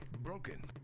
broken.